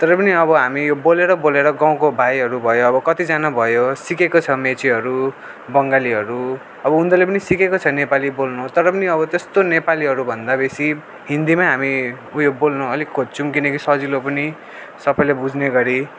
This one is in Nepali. तर पनि अब हामी यो बोलेर बोलेर गाउँको भाइहरू भयो अब कतिजना भयो सिकेको छौँ मेचेहरू बङ्गालीहरू अब उनीहरूले पनि सिकेको छ नेपाली बोल्नु तर पनि अब त्यस्तो नेपालीहरू भन्दा बेसी हिन्दीमै हामी उयो बोल्नु अलिक खोज्छौँ किनकि सजिलो पनि सबैले बुझ्ने गरी